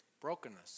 brokenness